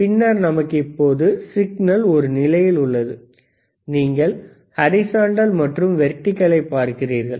பின்னர் நமக்கு இப்பொழுது சிக்னல் ஒரு நிலையில் உள்ளது நீங்கள் ஹரிசாண்டல் மற்றும் வெர்டிகளை பார்க்கிறீர்கள்